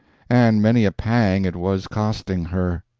and many a pang it was costing her.